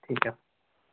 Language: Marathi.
ठीक आहे